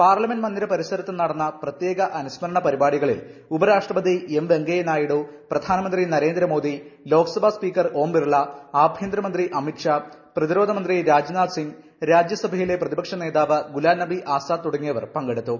parliament മന്ദിര പ്രിസരത്ത് നടന്ന പ്രത്യേക അനുസ്മരണ പരിപാടികളിൽ ഉപരാഷ്ട്രപതി എം വെങ്കയ നായിഡു പ്രധാനമന്ത്രി നരേന്ദ്ര മോദി ലോക്സഭാ സ്പീക്കർ ഓം ബിർള ആഭ്യന്തരമന്ത്രി അമിത്ഷാ പ്രതിരോധമന്ത്രി രാജ്നാഥ് സിംഗ് രാജ്യസഭാ പ്രതിപക്ഷ നേതാവ് ഗുലാം നബി ആസാദ് തുടങ്ങിയവർ പങ്കെടുത്തു